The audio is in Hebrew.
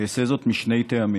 אעשה זאת משני טעמים.